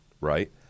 right